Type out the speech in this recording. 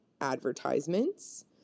advertisements